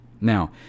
Now